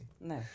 no